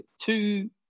two